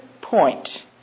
point